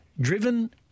driven